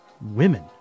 women